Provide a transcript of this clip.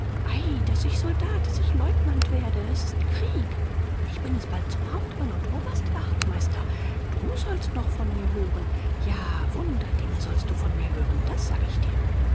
daß ich soldat daß ich leutnant werde es ist krieg ich bringe es bald zum hauptmann und oberstwachtmeister du sollst noch von mir hören ja wunderdinge sollst du von mir hören das sage ich dir